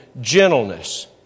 gentleness